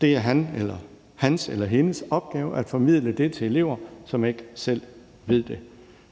Det er hans eller hendes opgave at formidle det til elever, som ikke selv ved det.